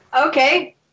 Okay